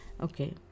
Okay